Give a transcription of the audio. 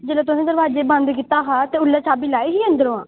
जेल्लै तुसें दरोआजै गी बंद कीता हा उसलै चाभी लाई ही अंदरां